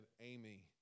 Amy